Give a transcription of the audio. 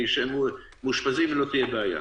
כי לגבי מאושפזים לא תהיה בעיה,